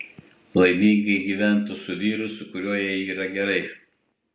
laimingai gyventų su vyru su kuriuo jai yra gerai